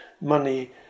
money